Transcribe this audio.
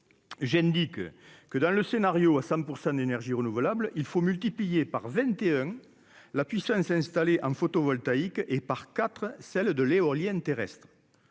j'ai dit que que dans le scénario à 100 pour 100 d'énergies renouvelables, il faut multiplier par 21 la puissance installée en photovoltaïque et par 4, celle de l'éolienne terrestre